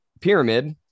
pyramid